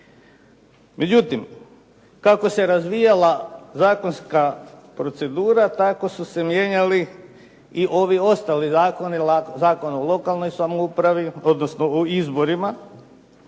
Međutim, kako se razvijala zakonska procedura tako su se mijenjali i ovi ostali zakoni, Zakon o lokalnoj samoupravi, odnosno o izborima.